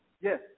Yes